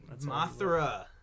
Mothra